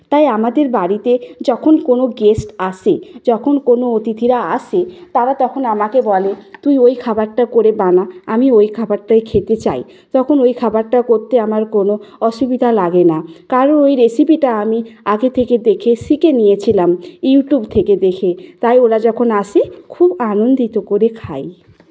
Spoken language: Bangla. তাই আমাদের বাড়িতে যখন কোনো গেস্ট আসে যখন কোনো অতিথিরা আসে তারা তখন আমাকে বলে তুই ওই খাবারটা করে বানা আমি ওই খাবারটাই খেতে চাই তখন ওই খাবারটা করতে আমার কোনো অসুবিধা লাগে না কারো ওই রেসিপিটা আমি আগে থেকে দেখে শিখে নিয়েছিলাম ইউট্যুব থেকে দেখে তাই ওরা যখন আসি খুব আনন্দিত করে খাই